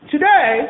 Today